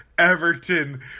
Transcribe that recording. Everton